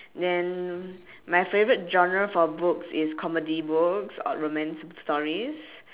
then my favourite genre for books is comedy books or romance stories